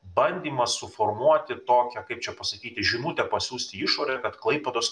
bandymas suformuoti tokią kaip čia pasakyti žinutę pasiųsti į išorę kad klaipėdos